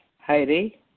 Heidi